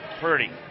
Purdy